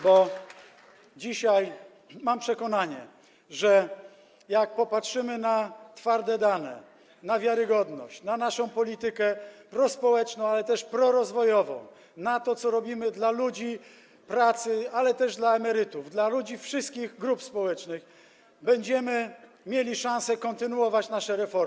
Bo dzisiaj mam przekonanie, że jak popatrzymy na twarde dane, na wiarygodność, na naszą politykę prospołeczną, ale też prorozwojową, na to, co robimy dla ludzi pracy, ale też dla emerytów, dla ludzi ze wszystkich grup społecznych, będziemy mieli szansę kontynuować nasze reformy.